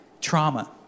Trauma